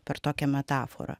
per tokią metaforą